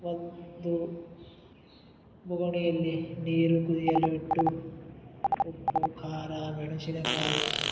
ಒಂದು ಬೊಗಣೆಯಲ್ಲಿ ನೀರು ಕುದಿಯಲು ಇಟ್ಟು ಉಪ್ಪು ಖಾರ ಮೆಣಸಿನಕಾಯಿ